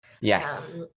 Yes